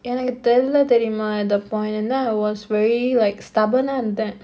எனக்கு தெரில தெரிமா:enakku therila therima at the point என்ன:enna I was very like stubborn uh and then